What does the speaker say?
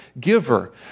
giver